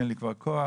אין לי כבר כוח.